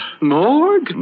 morgue